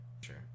sure